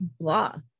blah